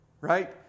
right